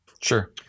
Sure